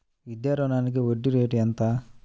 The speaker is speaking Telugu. విద్యా రుణానికి వడ్డీ రేటు ఎంత?